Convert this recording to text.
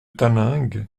taninges